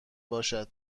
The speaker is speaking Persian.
باشد